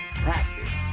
practice